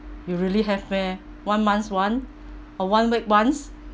you really have meh one month one or one week once